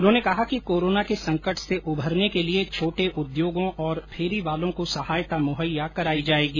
उन्होने कहा कि कोरोना के संकट से उभरने के लिये छोटे उद्योगों और फेरीवालों को सहायता मुहैया कराई जायेगी